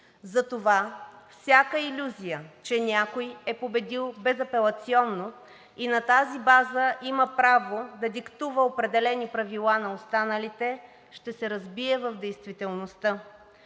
Затова всяка илюзия, че някой е победил безапелационно и на тази база има право да диктува определени правила на останалите, ще се разбие в действителността.